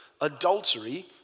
adultery